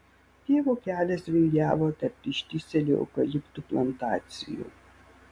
pievų kelias vingiavo tarp ištįsėlių eukaliptų plantacijų